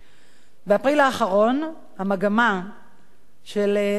באפריל האחרון עברה המגמה של לאמץ את